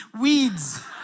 weeds